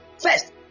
first